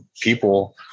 people